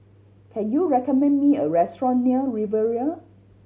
can you recommend me a restaurant near Riviera